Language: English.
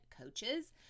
coaches